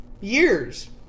Years